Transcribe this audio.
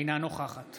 אינה נוכחת